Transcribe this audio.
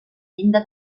llinda